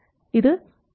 ഇത് gmRD ║ RL vi